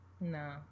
No